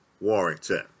Warrington